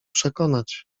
przekonać